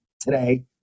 today